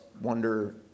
wonder